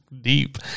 deep